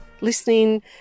listening